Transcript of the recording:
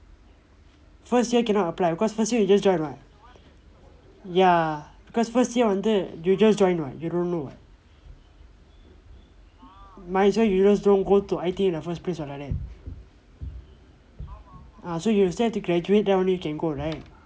first year cannot apply because first year you just join what ya cause first year வந்து:vandthu you just join [what] you don't know [what] might as well you just don't go to I_T in the first place [what] like that ah so you still have to graduate then only you can go right